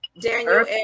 daniel